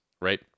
Right